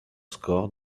scores